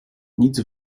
nic